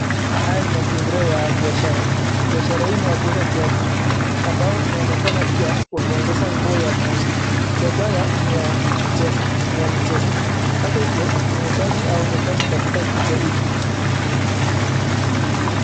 Haya ni mazingira ya biashara, biashara hii ni ya kuuza viatu, ambao inaonekana pia, wameongeza nguo ya kuuza, viatu ya mia kucheza, ni ya mchezo hata hivyo muuzaji haonekani katika picha ile.